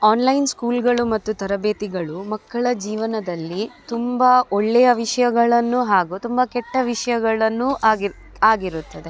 online ಸ್ಕೂಲುಗಳು ಮತ್ತು ತರಬೇತಿಗಳು ಮಕ್ಕಳ ಜೀವನದಲ್ಲಿ ತುಂಬ ಒಳ್ಳೆಯ ವಿಷಯಗಳನ್ನು ಹಾಗೂ ತುಂಬ ಕೆಟ್ಟ ವಿಷಯಗಳನ್ನೂ ಆಗಿರ ಆಗಿರುತ್ತದೆ